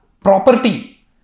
property